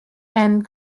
and